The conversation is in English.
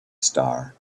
star